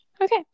Okay